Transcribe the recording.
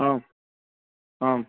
आम् आम्